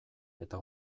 eta